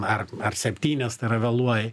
ar ar septynias tai yra vėluoji